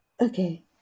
Okay